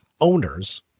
owners